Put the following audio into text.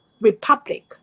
republic